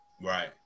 Right